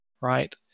right